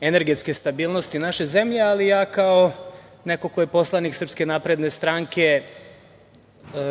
energetske stabilnosti naše zemlje, ali kao neko ko je poslanik SNS